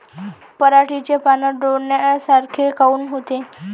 पराटीचे पानं डोन्यासारखे काऊन होते?